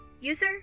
User